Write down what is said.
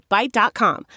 Byte.com